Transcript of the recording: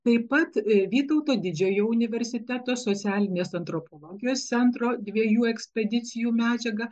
taip pat vytauto didžiojo universiteto socialinės antropologijos centro dviejų ekspedicijų medžiagą